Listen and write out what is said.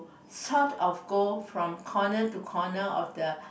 sort of go from corner to corner of the